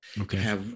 Okay